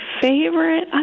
favorite